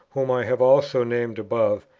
whom i have also named above,